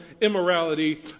immorality